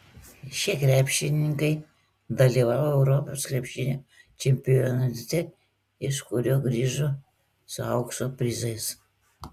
šie krepšininkai dalyvavo europos krepšinio čempionate iš kurio grįžo su aukso prizais